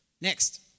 Next